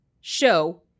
show